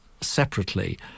separately